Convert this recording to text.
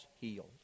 healed